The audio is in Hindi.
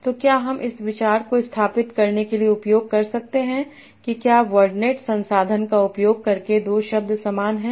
तो क्या हम इस विचार को स्थापित करने के लिए उपयोग कर सकते हैं कि क्या वर्डनेट संसाधन का उपयोग करके दो शब्द समान हैं